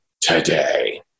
today